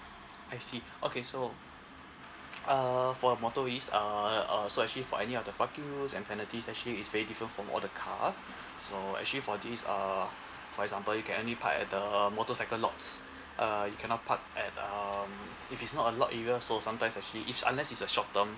I see okay so uh for a motorist uh uh so actually for any of the parking rules and penalties actually is very different from all the cars so actually for this uh for example you can only park at the motorcycle lots uh you cannot park at um if it's not a lot area so sometimes actually it's unless it's a short term